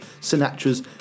Sinatra's